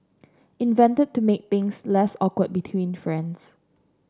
invented to make things less awkward between friends